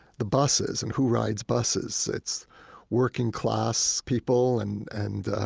the buses. and who rides buses? it's working-class people and and